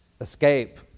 escape